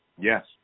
Yes